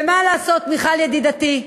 ומה לעשות, מיכל ידידתי,